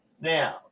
Now